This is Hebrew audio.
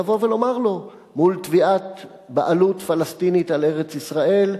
לבוא ולומר לו מול תביעת בעלות פלסטינית על ארץ-ישראל,